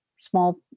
small